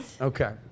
Okay